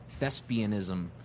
thespianism